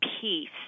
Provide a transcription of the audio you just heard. peace